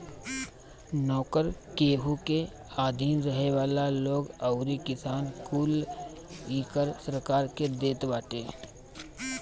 नोकर, केहू के अधीन रहे वाला लोग अउरी किसान कुल इ कर सरकार के देत बाटे